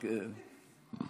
כן.